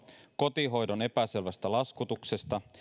kotihoidon epäselvästä laskutuksesta